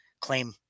claim